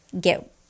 get